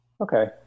Okay